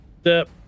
step